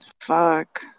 Fuck